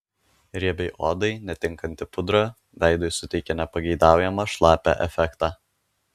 riebiai odai netinkanti pudra veidui suteikia nepageidaujamą šlapią efektą